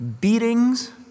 beatings